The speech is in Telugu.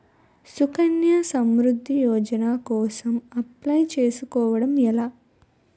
సుకన్య సమృద్ధి యోజన కోసం అప్లయ్ చేసుకోవడం ఎలా?